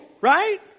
right